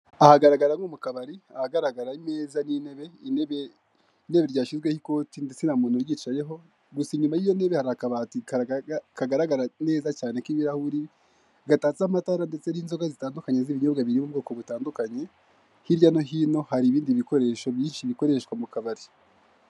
Aha hagaragara nko mu kabari, ahagaragara neza ni intebe, intebe rya shizweho ikoti ndetse nta muntu uryicayeho gusa inyuma yiyo ntebe hari akabati kagaragara neza k'ibirahuri gatatse amatara ndetse n'inzoga zitandukanye z'inyobwa by'ubwoko butandukanye, hirya no hino hari ibindi bikoresho byinshi bikoreshwa mu kabari